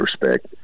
respect